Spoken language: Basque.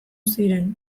ziren